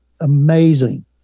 amazing